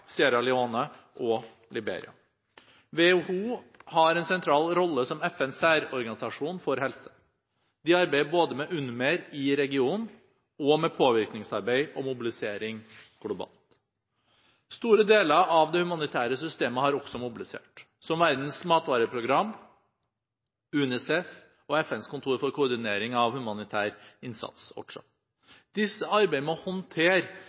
og Liberia. WHO har en sentral rolle som FNs særorganisasjon for helse. De arbeider både med UNMEER i regionen og med påvirkningsarbeid og mobilisering globalt. Store deler av det humanitære systemet har også mobilisert, som Verdens matvareprogram, UNICEF og FNs kontor for koordinering av humanitær innsats, OCHA. Disse arbeider med å håndtere